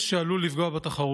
או שעלול לפגוע בתחרות.